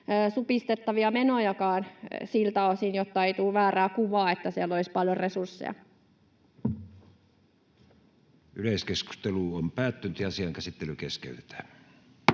supistettavia menojakaan siltä osin, jotta ei tule väärää kuvaa, että siellä olisi paljon resursseja. Esitellään liikenne- ja viestintäministeriön